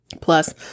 Plus